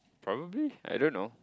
probably I don't know